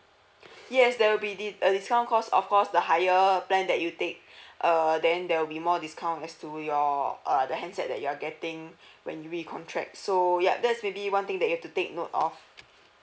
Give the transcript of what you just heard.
yes there will be di~ a discount cause of course the higher plan that you take uh then there will be more discount as to your uh the handset that you're getting when you recontract so yup that's maybe one thing that you have to take note of